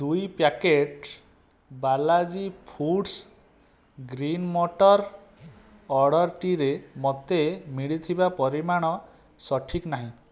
ଦୁଇ packet Balaji foods green ମଟର୍ ଅର୍ଡ଼ର୍ଟିରେ ମୋତେ ମିଳିଥିବା ପରିମାଣ ସଠିକ୍ ନାହିଁ